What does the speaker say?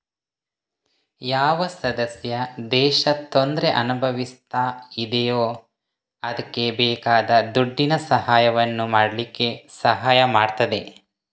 ಯಾವ ಸದಸ್ಯ ದೇಶ ತೊಂದ್ರೆ ಅನುಭವಿಸ್ತಾ ಇದೆಯೋ ಅದ್ಕೆ ಬೇಕಾದ ದುಡ್ಡಿನ ಸಹಾಯವನ್ನು ಮಾಡ್ಲಿಕ್ಕೆ ಸಹಾಯ ಮಾಡ್ತದೆ